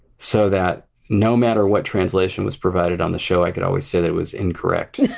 so that no matter what translation was provided on the show i could always say that was incorrect.